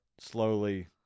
slowly